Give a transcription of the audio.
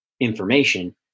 information